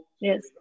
yes